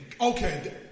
Okay